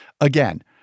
again